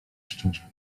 szczerze